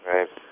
Right